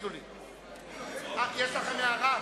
תגידו לי, יש לכם הערה?